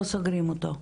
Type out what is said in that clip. לא סוגרים אותו,